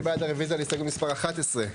מי בעד רביזיה להסתייגות מספר 14?